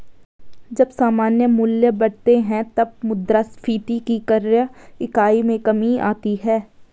जब सामान्य मूल्य बढ़ते हैं, तब मुद्रास्फीति की क्रय इकाई में कमी आती है